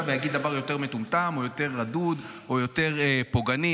ויגיד דבר יותר מטומטם או יותר רדוד או יותר פוגעני,